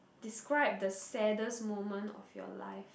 describe the saddest moment of your life